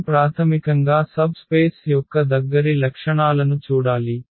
మనం ప్రాథమికంగా subspace యొక్క దగ్గరి లక్షణాలను చూడాలి